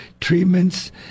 treatments